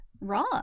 raw